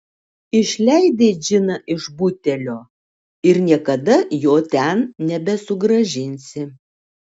išleidai džiną iš butelio ir niekada jo ten nebesugrąžinsi